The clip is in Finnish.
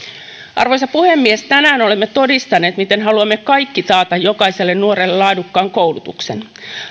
arvoisa puhemies tänään olemme todistaneet miten haluamme kaikki taata jokaiselle nuorelle laadukkaan koulutuksen